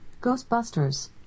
Ghostbusters